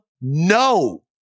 no